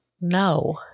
No